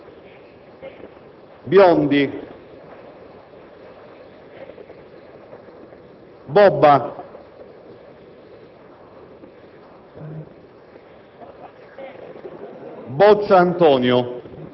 Binetti, Biondi, Bobba,